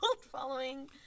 following